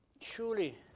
surely